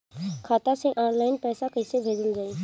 खाता से ऑनलाइन पैसा कईसे भेजल जाई?